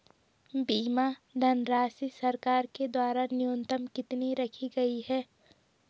बीमा धनराशि सरकार के द्वारा न्यूनतम कितनी रखी गई है?